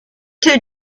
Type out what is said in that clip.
two